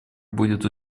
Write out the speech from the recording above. будет